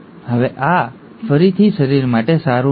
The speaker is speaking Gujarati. હવે આ ફરીથી શરીર માટે સારું નથી